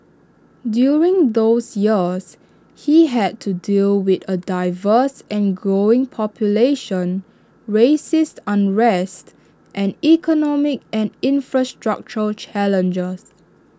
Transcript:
during those years he had to deal with A diverse and growing population races unrest and economic and infrastructural challenges